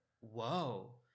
whoa